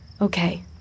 Okay